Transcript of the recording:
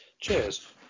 Cheers